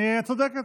את צודקת.